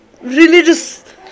religious